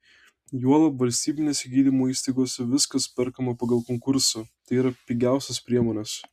juolab valstybinėse gydymo įstaigose viskas perkama pagal konkursą tai yra pigiausios priemonės